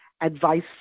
Advice